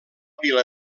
vila